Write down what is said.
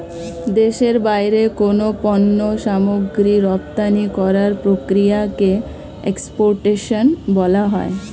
দেশের বাইরে কোনো পণ্য সামগ্রী রপ্তানি করার প্রক্রিয়াকে এক্সপোর্টেশন বলা হয়